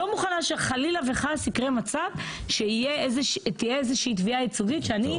לא מוכנה שחלילה וחס יקרה מצב שתהיה איזה שהיא תביעה ייצוגית שאני,